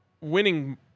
winning